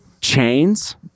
Chains